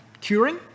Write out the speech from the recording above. curing